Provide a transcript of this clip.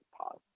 pause